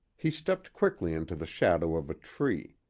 he stepped quickly into the shadow of a tree.